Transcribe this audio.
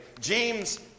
James